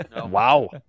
Wow